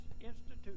institution